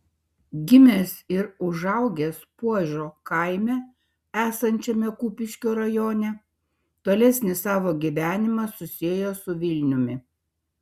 gimęs ir užaugęs puožo kaime esančiame kupiškio rajone tolesnį savo gyvenimą susiejo su vilniumi